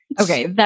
Okay